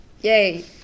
Yay